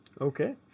Okay